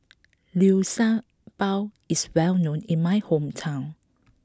Liu Sha Bao is well known in my hometown